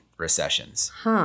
recessions